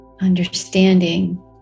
understanding